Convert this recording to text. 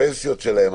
הפנסיות שלהם,